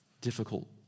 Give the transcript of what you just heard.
difficult